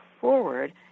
forward